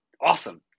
awesome